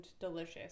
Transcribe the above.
delicious